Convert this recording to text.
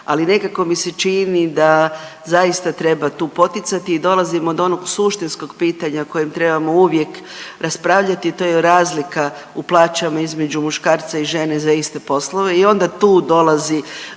ali nekako mi čini da zaista treba tu poticati i dolazimo do onog suštinskog pitanja o kojem trebamo uvijek raspravljati to je razlika u plaćama između muškarca i žene za iste poslove i onda tu dolazi